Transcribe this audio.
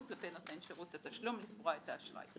וכן נותן שרות התשלום לפרוע את האשראי.